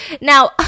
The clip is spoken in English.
now